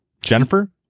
Jennifer